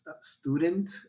student